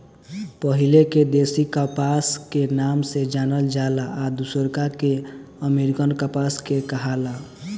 पहिले के देशी कपास के नाम से जानल जाला आ दुसरका के अमेरिकन कपास के कहाला